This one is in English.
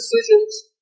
decisions